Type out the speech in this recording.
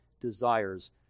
desires